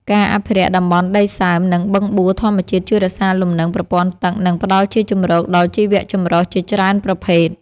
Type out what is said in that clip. ការអភិរក្សតំបន់ដីសើម និងបឹងបួធម្មជាតិជួយរក្សាលំនឹងប្រព័ន្ធទឹក និងផ្ដល់ជាជម្រកដល់ជីវចម្រុះជាច្រើនប្រភេទ។